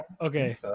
Okay